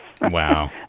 Wow